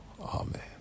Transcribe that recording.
amen